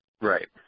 Right